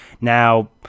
now